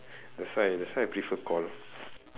that's why that's why I prefer call